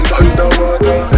underwater